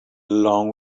along